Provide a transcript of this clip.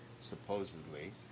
supposedly